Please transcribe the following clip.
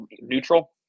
neutral